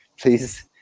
please